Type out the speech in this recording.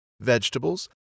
vegetables